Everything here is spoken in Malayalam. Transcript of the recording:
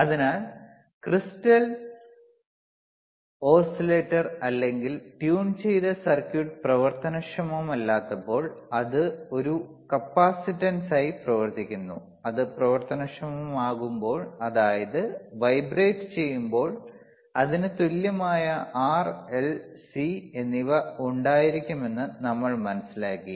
അതിനാൽ ക്രിസ്റ്റൽ ഓസിലേറ്റർ അല്ലെങ്കിൽ ട്യൂൺ ചെയ്ത സർക്യൂട്ട് പ്രവർത്തനക്ഷമമല്ലാത്തപ്പോൾ അത് ഒരു കപ്പാസിറ്റൻസായി പ്രവർത്തിക്കുന്നു അത് പ്രവർത്തനക്ഷമമാകുമ്പോൾ അതായത് വൈബ്രേറ്റുചെയ്യുമ്പോൾ അതിന് തുല്യമായ R L C എന്നിവ ഉണ്ടായിരിക്കുമെന്ന് നമ്മൾ മനസ്സിലാക്കി